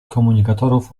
komunikatorów